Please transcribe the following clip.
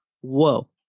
whoa